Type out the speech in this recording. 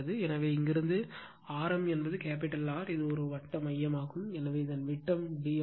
எனவே இங்கிருந்து ஆரம் என்பது R இது வட்ட மையமாகும் எனவே இது விட்டம் d ஆகும்